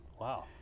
Wow